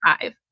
five